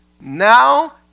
Now